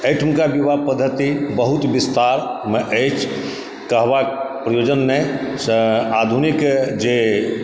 एहिठुमका विवाह पद्धति बहुत विस्तारमे अछि कहबाके प्रयोजन नहि सँ आधुनिक जे